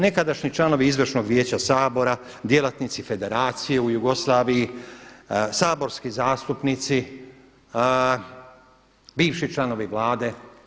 Nekadašnji članovi izvršnog vijeća Sabora, djelatnici federacije u Jugoslaviji, saborski zastupnici, bivši članovi Vlade.